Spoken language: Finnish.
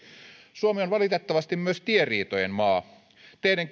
suomi on valitettavasti myös tieriitojen maa teiden